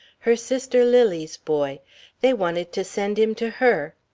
her sister lily's boy they wanted to send him to her.